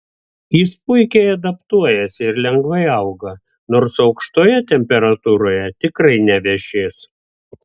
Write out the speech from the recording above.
jis puikiai adaptuojasi ir lengvai auga nors aukštoje temperatūroje tikrai nevešės